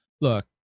Look